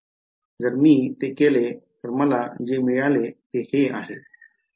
जर मी ते केले तर मला जे मिळेल ते आहे